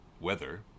weather